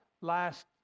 last